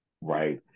Right